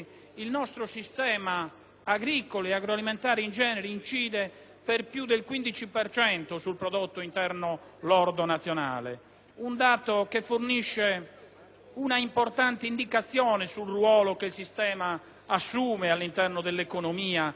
agricolo ed agroalimentare in genere incide per più del 15 per cento sul prodotto interno lordo nazionale; un dato che fornisce un'importante indicazione sul ruolo che il sistema assume all'interno dell'economia e della società italiana.